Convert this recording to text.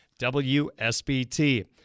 WSBT